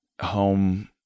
home